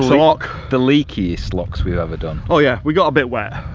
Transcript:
so lock. the leakiest locks we've ever done. oh yeah we got a bit wet.